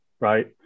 right